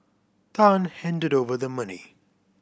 Tan handed over the money